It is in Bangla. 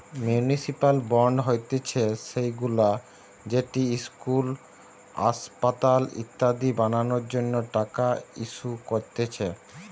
মিউনিসিপাল বন্ড হতিছে সেইগুলা যেটি ইস্কুল, আসপাতাল ইত্যাদি বানানোর জন্য টাকা ইস্যু করতিছে